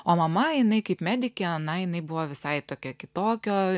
o mama jinai kaip medikė na jinai buvo visai tokia kitokio